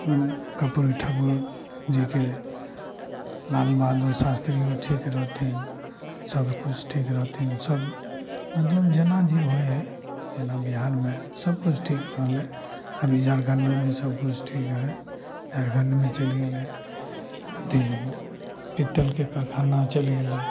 उ कर्पूरी ठाकुर जीके लाल बहादुरो शास्त्रियो ठीक रहथिन सब किछु ठीक रहथिन सब मतलब जेना जे होइ हइ जेना बिहारमे सब किछु ठीक रहलय अभी झारखण्डोमे सबकिछु ठीक हइ झारखण्डमे चलि गेलय अथी पीतलके कारखाना चलि गेलय